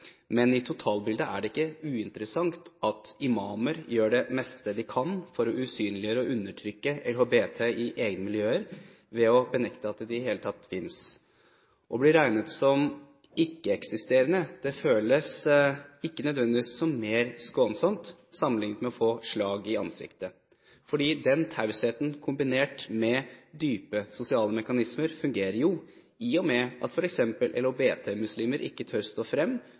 Men i totalbildet er det ikke uinteressant at imamer gjør det beste de kan for å usynliggjøre og undertrykke LHBT i egne miljøer – ved å benekte at de i det hele tatt finnes. Å bli regnet som ikke-eksisterende føles ikke nødvendigvis som mer skånsomt enn å få et slag i ansiktet. Den tausheten, kombinert med dype sosiale mekanismer, fungerer jo, i og med at f.eks. LHBT-muslimer ikke tør å stå frem,